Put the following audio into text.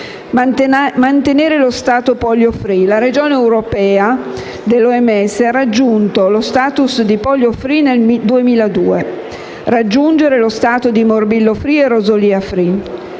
mantenere lo stato polio-*free* (la regione europea dell'OMS ha raggiunto lo *status* polio-*free* nel 2002); raggiungere lo stato morbillo-*free* e rosolia-*free*;